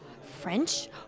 French